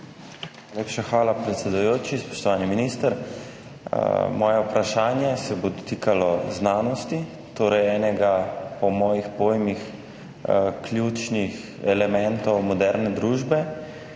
hvala, predsedujoči. Spoštovani minister! Moje vprašanje se bo dotikalo znanosti, torej enega, po mojih pojmih, ključnih elementov moderne družbe,